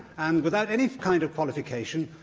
and, without any kind of qualification,